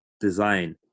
design